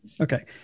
Okay